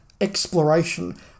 exploration